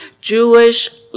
Jewish